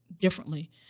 differently